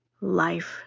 life